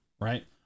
Right